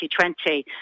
2020